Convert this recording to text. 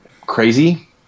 crazy